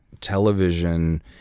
Television